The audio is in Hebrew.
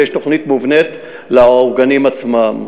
ויש תוכנית מובנית לאורגנים עצמם,